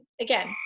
Again